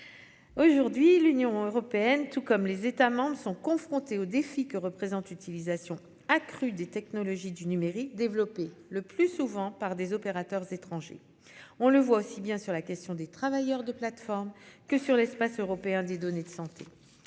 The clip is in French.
Aujourd'hui l'Union européenne, tout comme les États sont confrontés au défi que représente l'utilisation accrue des technologies du numérique développé le plus souvent par des opérateurs étrangers. On le voit aussi bien sur la question des travailleurs de plateformes que sur l'espace européen des données de santé.